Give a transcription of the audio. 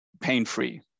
pain-free